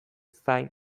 zain